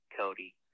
Cody